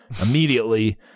immediately